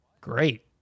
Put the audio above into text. Great